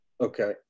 Okay